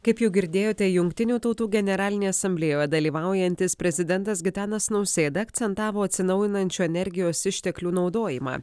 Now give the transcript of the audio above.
kaip jau girdėjote jungtinių tautų generalinėje asamblėjoje dalyvaujantis prezidentas gitanas nausėda akcentavo atsinaujinančių energijos išteklių naudojimą